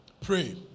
Pray